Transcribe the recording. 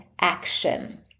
action